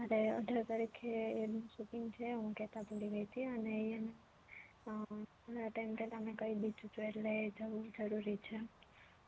અને અઢાર તારીખે એડની શૂટિંગ છે હું કહેતા ભૂલી ગઈ હતી એ અને એના ઘણા ટાઈમ પહેલા મેં કહી દીધું હતું એટલે જવું જરૂરી છે